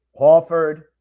Hawford